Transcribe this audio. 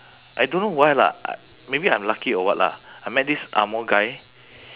I don't know why lah maybe I'm lucky or what lah I met this angmoh guy